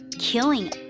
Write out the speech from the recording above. Killing